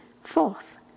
Fourth